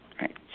right